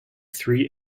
three